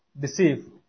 Deceive